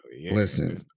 Listen